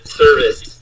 service